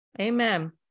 Amen